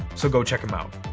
so go check him out.